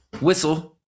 whistle